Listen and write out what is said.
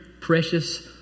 precious